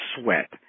sweat